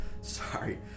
sorry